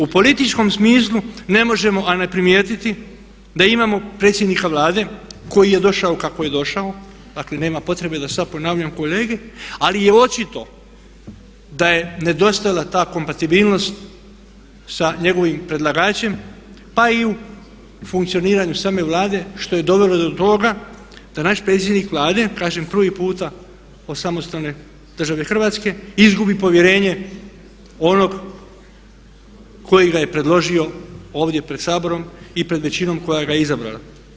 U političkom smislu ne možemo a ne primijetiti da imamo predsjednika Vlade koji je došao kako je došao, dakle nemam potrebe da sad ponavljam kolege ali je očito da je nedostajala ta kompatibilnost sa njegovim predlagačem pa i u funkcioniranju same Vlade što je dovelo do toga da naš predsjednik Vlade kažem prvi puta od samostalne države Hrvatske izgubi povjerenje onog koji je predložio ovdje pred Saborom i pred većinom koja ga je izabrala.